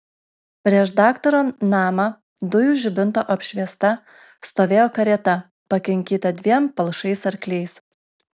prieš daktaro namą dujų žibinto apšviesta stovėjo karieta pakinkyta dviem palšais arkliais